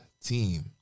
team